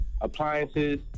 appliances